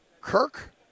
Kirk